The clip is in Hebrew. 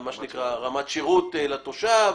מה שנקרא רמת השירות לתושב.